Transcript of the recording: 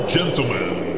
Gentlemen